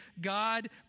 God